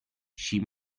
she